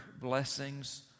blessings